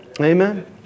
Amen